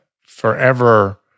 forever